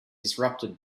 disrupted